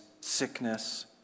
sickness